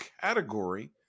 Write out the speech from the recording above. category